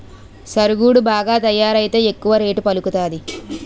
సరుగుడు బాగా తయారైతే ఎక్కువ రేటు పలుకుతాది